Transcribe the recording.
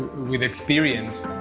with experience.